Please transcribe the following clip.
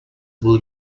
will